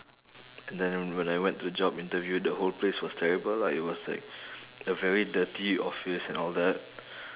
and then when I went to the job interview the whole place was terrible lah it was like a very dirty office and all that